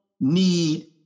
need